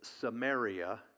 Samaria